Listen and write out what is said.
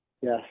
Yes